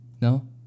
No